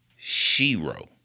Shiro